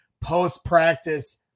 post-practice